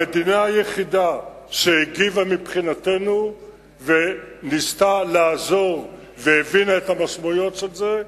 המדינה היחידה שהגיבה מבחינתנו וניסתה לעזור והבינה את המשמעויות של זה,